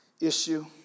issue